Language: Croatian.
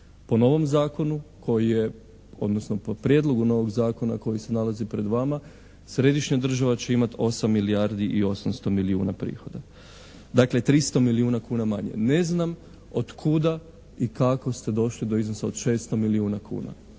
Po novom zakonu koji je, odnosno po prijedlogu novog zakona koji se nalazi pred vama središnja država će imati 8 milijardi i 800 milijuna prihoda. Dakle, 300 milijuna kuna manje. Ne znam otkuda i kako ste došli do iznosa od 600 milijuna kuna.